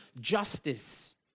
justice